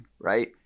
right